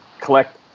collect